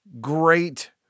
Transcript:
great